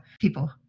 people